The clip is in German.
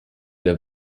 der